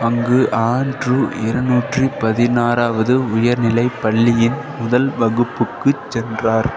அங்கு ஆண்ட்ரூ இரநூற்றி பதினாறாவது உயர்நிலைப் பள்ளியின் முதல் வகுப்புக்குச் சென்றார்